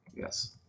Yes